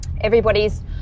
Everybody's